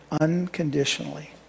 unconditionally